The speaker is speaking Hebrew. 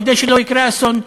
כדי שלא יקרה אסון.